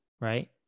right